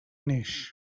neix